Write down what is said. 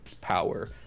power